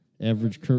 Average